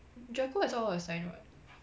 GER core is all assigned [what]